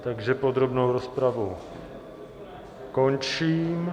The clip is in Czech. Takže podrobnou rozpravu končím.